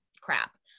crap